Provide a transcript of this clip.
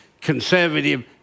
conservative